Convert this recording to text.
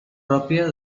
pròpia